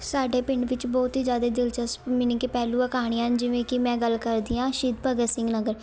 ਸਾਡੇ ਪਿੰਡ ਵਿੱਚ ਬਹੁਤ ਹੀ ਜ਼ਿਆਦਾ ਦਿਲਚਸਪ ਮੀਨਿੰਗ ਕਿ ਪਹਿਲੂਆਂ ਕਹਾਣੀਆਂ ਹਨ ਜਿਵੇਂ ਕਿ ਮੈਂ ਗੱਲ ਕਰਦੀ ਹਾਂ ਸ਼ਹੀਦ ਭਗਤ ਸਿੰਘ ਨਗਰ